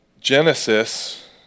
Genesis